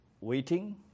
waiting